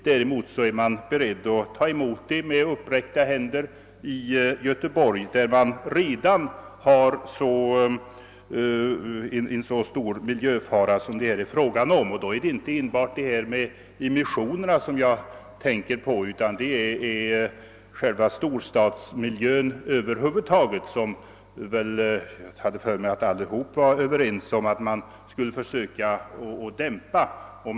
Däremot är man beredd att ta emot det med uppräckta händer i Göteborg, där man redan har en lika stor miljöfara som den det här är fråga om; då är det inte enbart immissionen jag tänker på utan själva storstadsmiljön över huvud taget, som jag hade för mig att alla var överens om att vi skulle försöka förbättra.